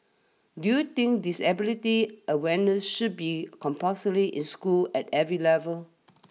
do you think disability awareness should be compulsory in schools at every level